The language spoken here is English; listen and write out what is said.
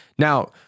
Now